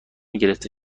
گرفته